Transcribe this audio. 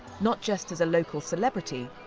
not just as a local celebrity,